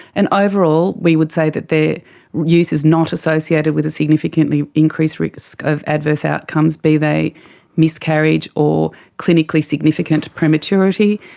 and overall we would say that their use is not associated with a significantly increased risk of adverse outcomes, be they miscarriage or clinically significant prematurity,